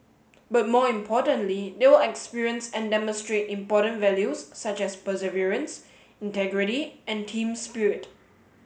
but more importantly they will experience and demonstrate important values such as perseverance integrity and team spirit